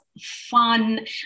fun